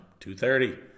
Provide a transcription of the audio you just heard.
2.30